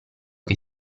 che